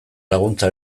laguntza